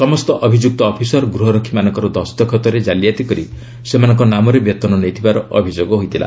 ସମସ୍ତ ଅଭିଯୁକ୍ତ ଅଫିସର ଗ୍ରହରକ୍ଷୀମାନଙ୍କର ଦସ୍ତଖତରେ ଜାଲିଆତି କରି ସେମାନଙ୍କ ନାମରେ ବେତନ ନେଇଥିବାର ଅଭିଯୋଗ ହୋଇଥିଲା